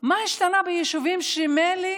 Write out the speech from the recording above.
מה השתנה ביישובים שממילא